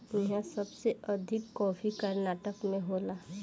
इहा सबसे अधिका कॉफ़ी कर्नाटक में होला